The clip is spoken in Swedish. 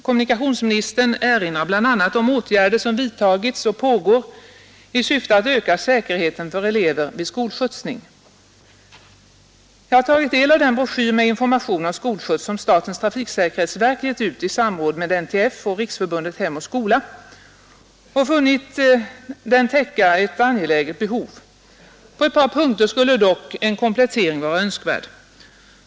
Kommunikationsministern erinrar bl.a. om åtgärder som vidtagits och pågår i syfte att öka säkerheten för elever vid skolskjutsning. Jag har tagit del av den broschyr med information om skolskjuts som statens trafiksäkerhetsverk gett ut i samråd med NTF och Riksförbundet Hem och skola och funnit den täcka ett angeläget behov. På ett par punkter skulle dock en komplettering vara önskvärd.